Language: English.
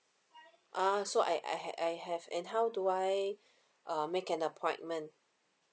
ah so I I had I have and how do I uh make an appointment